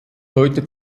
heute